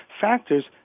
factors